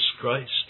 Christ